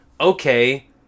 Okay